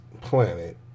planet